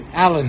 Alan